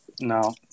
No